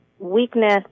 Weakness